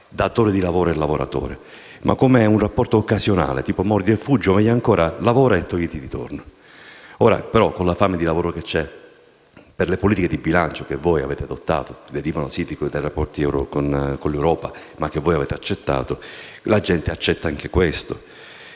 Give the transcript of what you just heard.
datore di lavoro e lavoratore, ma come rapporto occasionale, tipo "mordi e fuggi" o, meglio ancora, tipo "lavora e togliti di torno". Ora però, con la fame di lavoro che c'è, per le politiche di bilancio che avete adottato - che derivano sì dai rapporti con l'Europa, ma che voi avete accettato - la gente accetta anche questo.